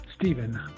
Stephen